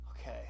okay